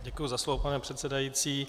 Děkuji za slovo, pane předsedající.